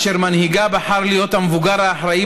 אשר מנהיגה בחר להיות המבוגר האחראי